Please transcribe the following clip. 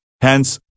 Hence